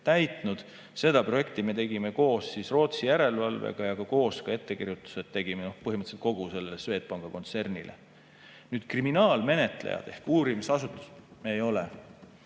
täitnud. Seda projekti me tegime koos Rootsi järelevalvega ja tegime koos ka ettekirjutused põhimõtteliselt kogu Swedbanki kontsernile. Kriminaalmenetlejad ehk uurimisasutus me ei ole.